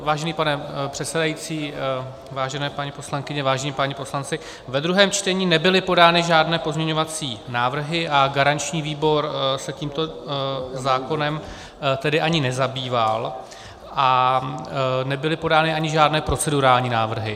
Vážený pane předsedající, vážené paní poslankyně, vážení páni poslanci, ve druhém čtení nebyly podány žádné pozměňovací návrhy a garanční výbor se tímto zákonem tedy ani nezabýval a nebyly podány ani žádné procedurální návrhy.